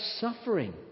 suffering